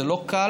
זה לא קל,